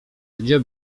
gdzie